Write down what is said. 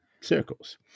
circles